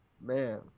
Man